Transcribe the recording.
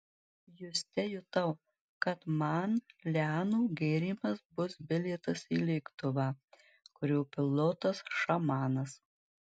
juste jutau kad man lianų gėrimas bus bilietas į lėktuvą kurio pilotas šamanas